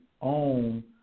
own